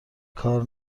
کار